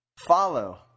follow